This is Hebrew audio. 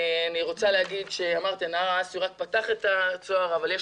אני רוצה לומר שנחל האסי רק פתח את הצוהר אבל יש